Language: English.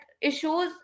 issues